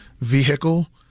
vehicle